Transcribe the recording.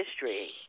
history